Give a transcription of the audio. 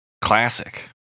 classic